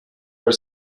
are